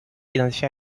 identifiés